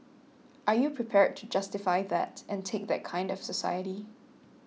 are you prepared to justify that and take that kind of society